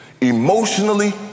Emotionally